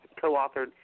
co-authored